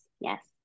yes